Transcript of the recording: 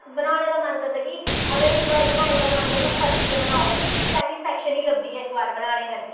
बनाने दा मन करदा कि अगर इक बार बनाई लेआ मन करदा परतियै बनाओ सैटिसफैक्शन निं लभदी ऐ इक बार बनाने कन्नै